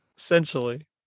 essentially